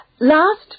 Last